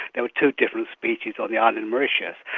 there were two different species on the island and mauritius.